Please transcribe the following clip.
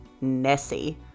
Nessie